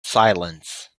silence